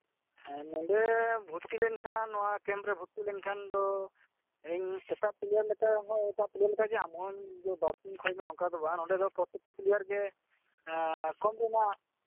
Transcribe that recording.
ᱦᱮᱸ ᱱᱚᱸᱰᱮ ᱵᱷᱩᱛᱛᱤ ᱞᱮᱱᱠᱷᱟᱱ ᱱᱚᱣᱟ ᱠᱮᱢᱯ ᱨᱮᱱ ᱵᱷᱩᱛᱛᱤ ᱞᱮᱱᱠᱷᱟᱱ ᱫᱚ ᱤᱧ ᱮᱴᱟᱜ ᱯᱞᱮᱭᱟᱨ ᱞᱮᱠᱟ ᱦᱚᱸ ᱮᱴᱟᱜ ᱯᱞᱮᱭᱟᱨ ᱞᱮᱠᱟᱜᱮ ᱟᱢ ᱦᱚᱸᱧ ᱵᱟᱲᱛᱤ ᱠᱷᱚᱭ ᱢᱮᱭᱟ ᱱᱚᱝᱠᱟ ᱫᱚ ᱵᱟᱝ ᱱᱚᱸᱰᱮ ᱫᱚ ᱯᱨᱚᱛᱛᱮᱠᱴᱤ ᱯᱞᱮᱭᱟᱨ ᱜᱮ ᱠᱚᱢ ᱨᱮᱱᱟᱜ